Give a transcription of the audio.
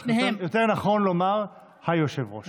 אך יותר נכון לומר "היושב-ראש".